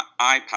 iPad